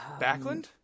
Backlund